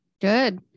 Good